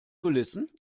kulissen